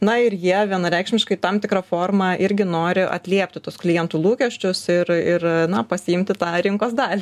na ir jie vienareikšmiškai tam tikra forma irgi nori atliepti tuos klientų lūkesčius ir ir na pasiimti tą rinkos dalį